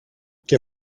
και